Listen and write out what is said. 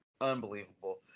unbelievable